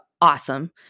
awesome